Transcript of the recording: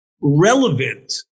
relevant